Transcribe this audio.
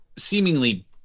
Seemingly